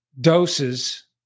doses